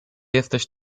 jesteś